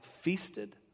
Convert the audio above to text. feasted